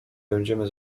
będziemy